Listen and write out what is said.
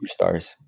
superstars